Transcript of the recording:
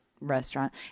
restaurant